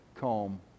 calm